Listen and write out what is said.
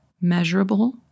measurable